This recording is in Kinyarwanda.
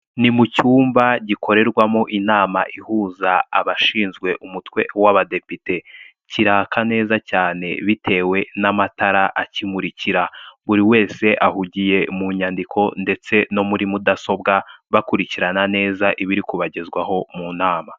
Ni mu cyumba gikorerwamo inama ihuza abashinzwe umutwe w'abadepite. Kiraka neza cyane bitewe n'amatara akimurikira. Buri wese ahugiye mu nyandiko ndetse no muri mudasobwa, bakurikirana neza ibiri kubagezwaho mu nama.